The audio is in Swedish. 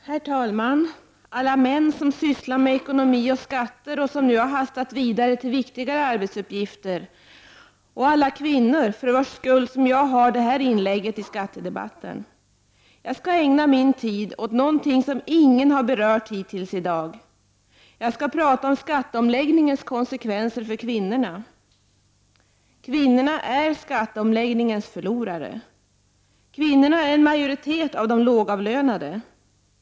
Herr talman! Till alla män som sysslar med ekonomi och skatter, och som nu har hastat vidare till viktigare arbetsuppgifter, och till alla kvinnor för vilkas räkning jag gör detta inlägg i skattedebatten: Jag skall ägna min taletid åt något som ingen hittills har berört i dag. Jag skall tala om skatteomläggningens konsekvenser för kvinnorna. Kvinnorna är skatteomläggningens förlorare. Kvinnorna utgör en majoritet av de lågavlönade.